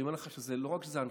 אני אומר לכם שלא רק שזו הנחיה,